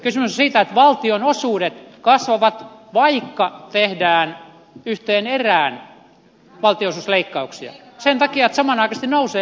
kysymys on siitä että valtionosuudet kasvavat vaikka tehdään yhteen erään valtionosuusleikkauksia sen takia että samanaikaisesti nousevat muut erät